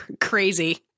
crazy